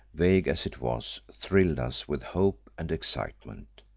vague as it was, thrilled us with hope and excitement.